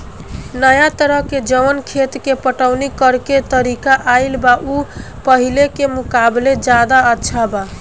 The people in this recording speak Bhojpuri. नाया तरह के जवन खेत के पटवनी करेके तरीका आईल बा उ पाहिले के मुकाबले ज्यादा अच्छा बा